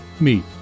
meet